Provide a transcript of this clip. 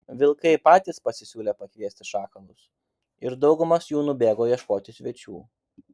vilkai patys pasisiūlė pakviesti šakalus ir daugumas jų nubėgo ieškoti svečių